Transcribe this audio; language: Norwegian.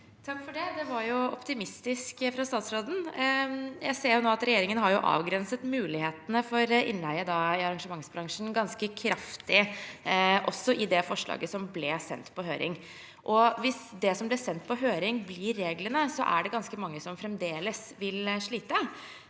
Det var optimistisk fra statsråden. Jeg ser nå at regjeringen har avgrenset mulighetene for innleie i arrangementsbransjen ganske kraftig, også i det forslaget som ble sendt på høring. Hvis det som ble sendt på høring, blir reglene, er det ganske mange som fremdeles vil slite.